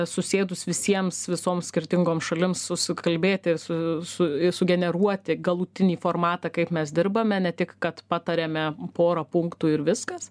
susėdus visiems visoms skirtingoms šalims susikalbėti su su sugeneruoti galutinį formatą kaip mes dirbame ne tik kad patariame porą punktų ir viskas